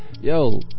yo